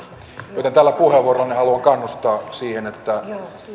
tukiratkaisuissa tällä puheenvuorollani haluan kannustaa siihen että